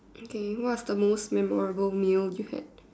it's okay what is the most memorable meal you had